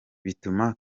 bituma